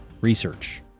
research